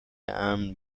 امن